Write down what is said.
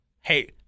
hey